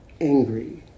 angry